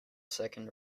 second